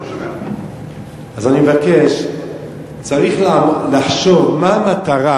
אני מבקש, צריך לחשוב מהי המטרה